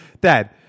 dad